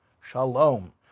shalom